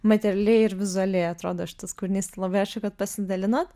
materialiai ir vizualiai atrodo šitas kūrinys labai ačiū kad pasidalinot